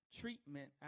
treatment